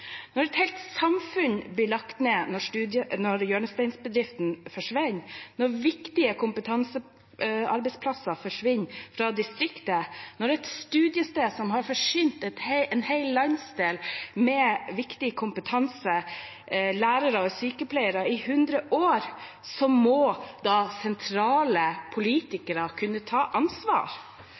Når et helt samfunn blir lagt ned når hjørnesteinsbedriften forsvinner, når viktige kompetansearbeidsplasser forsvinner fra distriktet – et studiested som har forsynt en hel landsdel med viktig kompetanse, lærere og sykepleiere, i hundre år – så må da sentrale politikere kunne ta ansvar.